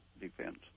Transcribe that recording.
defense